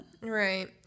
Right